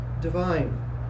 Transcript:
divine